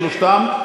שלושתם?